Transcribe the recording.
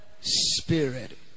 Spirit